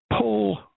pull